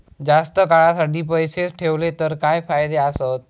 जास्त काळासाठी पैसे ठेवले तर काय फायदे आसत?